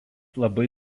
labai